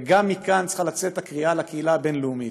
ומכאן גם צריכה לצאת הקריאה לקהילה הבין-לאומית: